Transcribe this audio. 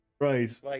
Right